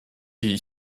die